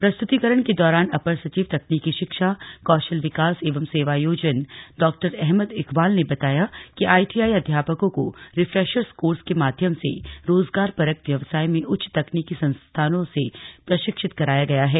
प्रस्तुतीकरण के दौरान अपर सचिव तकनीकि शिक्षा कौशल विकास एवं सेवायोजन डॉ अहमद इकबाल ने बताया कि आईटीआई अध्यापकों को रिफ्रेसर्स कोर्स के माध्यम से रोजगारपरक व्यवसाय में उच्च तकनीकि संस्थानों से प्रशिक्षित कराया गया है